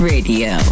Radio